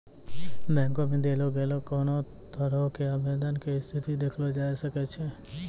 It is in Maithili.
बैंको मे देलो गेलो कोनो तरहो के आवेदन के स्थिति देखलो जाय सकै छै